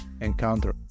encounter